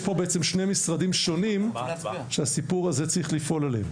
יש פה בעצם שני משרדים שונים שהסיפור הזה צריך לפעול עליהם.